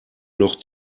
noch